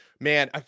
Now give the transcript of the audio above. Man